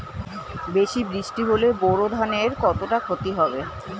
বেশি বৃষ্টি হলে বোরো ধানের কতটা খতি হবে?